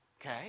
okay